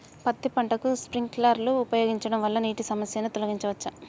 పత్తి పంటకు స్ప్రింక్లర్లు ఉపయోగించడం వల్ల నీటి సమస్యను తొలగించవచ్చా?